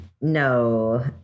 No